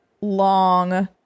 long